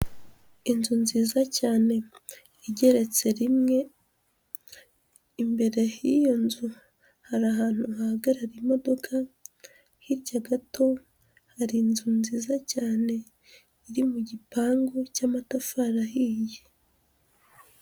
Inzu nziza cyane igeretse rimwe, imbere y'iyo nzu hari ahantu hahagarara imodoka, hirya gato hari inzu nziza cyane iri mu gipangu cy'amatafari ahiye.